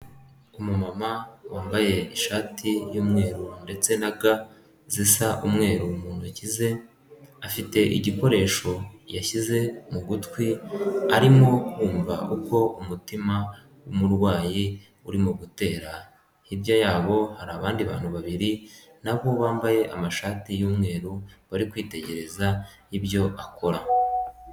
Umamama wambaye ishati y'umweru ndetse na ga zisa umweru mu ntoki ze, afite igikoresho yashyize mu gutwi arimo kumva uko umutima w'umurwayi urimo gutera, hirya yabo hari abandi bantu babiri na bo bambaye amashati y'umweru bari kwitegereza ibyo akora.